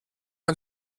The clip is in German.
ein